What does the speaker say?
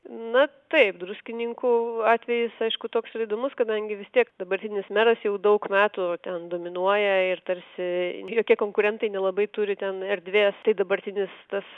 na taip druskininkų atvejis aišku toks yra įdomus kadangi vis tiek dabartinis meras jau daug metų ten dominuoja ir tarsi jokie konkurentai nelabai turi ten erdvės tai dabartinis tas